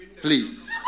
Please